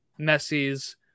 Messi's